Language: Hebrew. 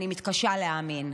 אני מתקשה להאמין,